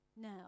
now